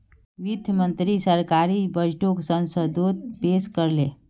वित्त मंत्री सरकारी बजटोक संसदोत पेश कर ले